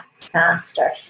faster